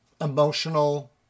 emotional